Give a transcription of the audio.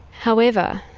however,